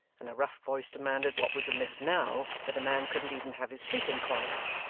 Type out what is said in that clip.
and a rough voice demanded what was amiss now, that a man couldn't even have his sleep in quiet.